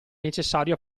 necessario